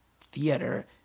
theater